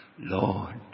Lord